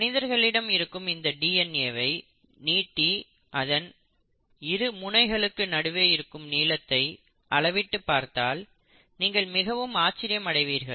மனிதர்களிடம் இருக்கும் இந்த டிஎன்ஏ வை நீட்டி அதன் இரு முனைகளுக்கு நடுவே இருக்கும் நீளத்தை அளவிட்டு பார்த்தால் நீங்கள் மிகவும் ஆச்சரியம் அடைவீர்கள்